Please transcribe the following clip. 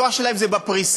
הכוח שלהם הוא בפריסה.